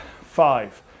five